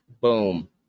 boom